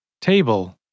Table